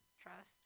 trust